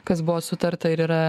kas buvo sutarta ir yra